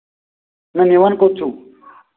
نہ نِوان کوٚت چھُو